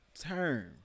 term